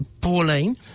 Pauline